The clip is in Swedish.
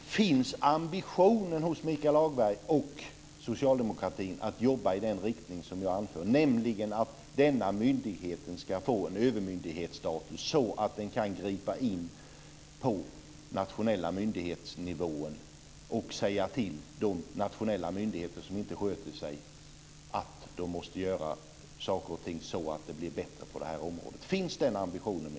Fru talman! Finns ambitionen hos Michael Hagberg och socialdemokratin att jobba i den riktning som jag anför, nämligen för att denna myndighet ska få en status som övermyndighet? Då kan den gripa in mot nationella myndigheter som inte sköter sig och säga att de måste göra något så att det blir en förbättring på området.